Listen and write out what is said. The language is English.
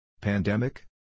pandemic